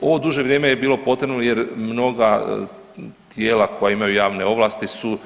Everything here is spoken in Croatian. Ovo duže vrijeme je bilo potrebno jer mnoga tijela koja imaju javne ovlasti su,